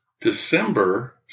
December